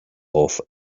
off